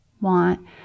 want